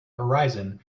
horizon